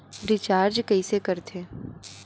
Recharge कइसे कर थे?